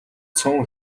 цөөн